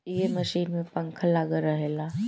ए machine में पंखा लागल रहेला